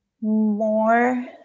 more